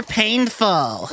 painful